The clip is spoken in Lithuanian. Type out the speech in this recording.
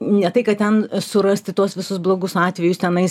ne tai kad ten surasti tuos visus blogus atvejus tenais